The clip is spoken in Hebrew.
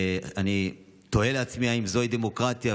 אני תוהה לעצמי, האם זוהי דמוקרטיה?